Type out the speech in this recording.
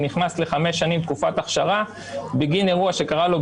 הוא נכנס לחמש שנים תקופת אכשרה בגין אירוע שקרה לו,